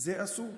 זה אסור.